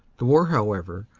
the war, however,